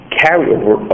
carryover